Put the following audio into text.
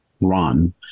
run